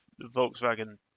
Volkswagen